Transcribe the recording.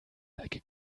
like